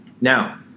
Now